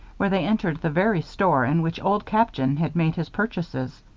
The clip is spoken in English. where they entered the very store in which old captain had made his purchases.